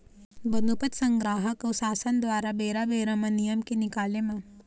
बनोपज संग्राहक अऊ सासन दुवारा बेरा बेरा म नियम के निकाले म